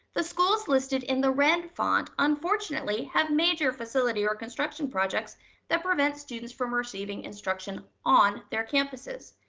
the schools listed in the red font, unfortunately have major facility or construction projects that prevent students from receiving instruction on their campuses.